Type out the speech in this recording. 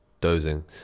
dozing